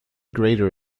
grader